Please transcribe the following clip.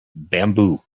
bamboo